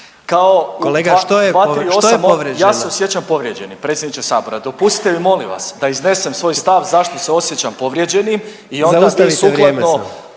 Kolega što je povrijeđeno?/… 238. ja se osjećam povrijeđenim predsjedniče Sabora. Dopustite mi molim vas da iznesem svoj stav zašto se osjećam povrijeđenim … …/Upadica predsjednik: Zaustavite vrijeme samo./…